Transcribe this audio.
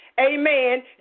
amen